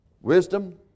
Wisdom